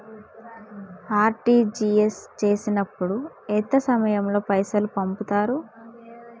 RTGS చేసినప్పుడు ఎంత సమయం లో పైసలు పంపుతరు?